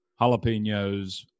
jalapenos